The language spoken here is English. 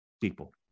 people